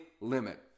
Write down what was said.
limit